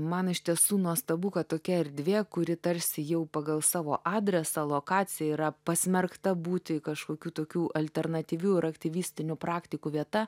man iš tiesų nuostabu kad tokia erdvė kuri tarsi jau pagal savo adresą lokaciją yra pasmerkta būti kažkokių tokių alternatyvių ir aktyvistinių praktikų vieta